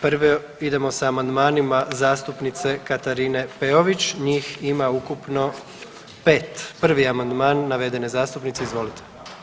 Prvo idemo sa amandmanima zastupnice Katarine Peović, njih ima ukupno 5. 1. amandman navedene zastupnice, izvolite.